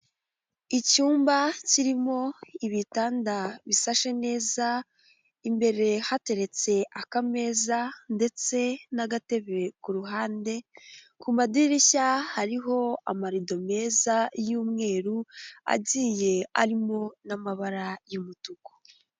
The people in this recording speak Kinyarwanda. Icyumba kirimo ibitanda bisashe neza, imbere hateretse akameza ndetse n'agatebe ku ruhande, ku madirishya hariho amarido meza y'umweru agiye arimo n'amabara y'umutuku.